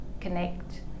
connect